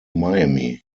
miami